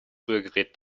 rührgerät